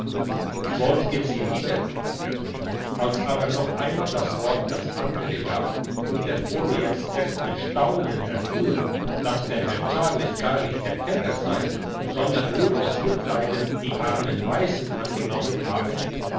wollt ihr sie wieder als aber noch einmal ein wort das andere gab und der pole jetzt erst mit staunen erfuhr dass der herr charles gar nicht der vetter sei sondern nur aus mitleiden die armen waisen angenommen habe